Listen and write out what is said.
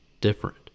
different